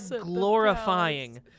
glorifying